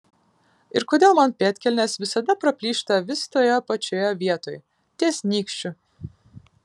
ir kodėl man pėdkelnės visada praplyšta vis toje pačioje vietoj ties nykščiu